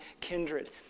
kindred